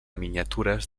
miniatures